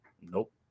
Nope